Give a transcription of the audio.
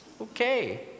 Okay